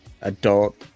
adult